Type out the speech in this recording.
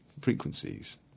frequencies